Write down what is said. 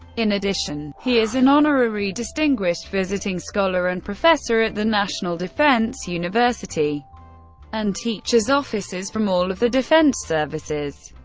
in addition, he is an honorary distinguished visiting scholar and professor at the national defense university and teaches officers from all of the defense services.